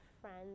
friends